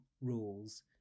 rules